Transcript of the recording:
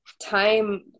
time